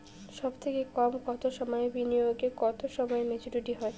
সবথেকে কম কতো সময়ের বিনিয়োগে কতো সময়ে মেচুরিটি হয়?